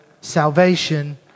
Salvation